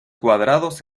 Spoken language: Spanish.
cuadrados